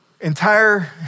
entire